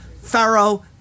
Pharaoh